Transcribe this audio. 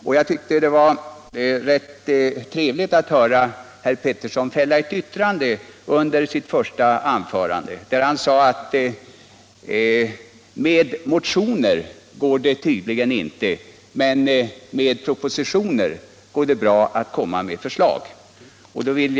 Det var också rätt trevligt att höra herr Pettersson i sitt första anförande fälla yttrandet att det tydligen inte går med motioner, medan det däremot går bra att framlägga förslag i propositioner.